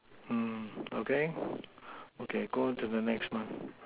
ah okay okay go on to the next one